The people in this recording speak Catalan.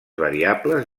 variables